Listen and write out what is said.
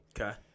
Okay